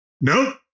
nope